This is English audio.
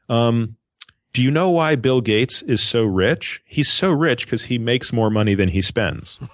um do you know why bill gates is so rich? he's so rich because he makes more money than he spends.